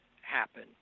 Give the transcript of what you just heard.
happen